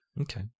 Okay